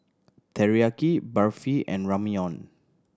Teriyaki Barfi and Ramyeon